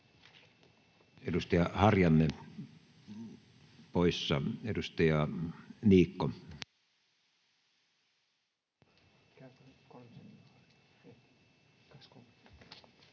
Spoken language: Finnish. Edustaja Harjanne poissa. — Edustaja Niikko.